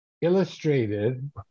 illustrated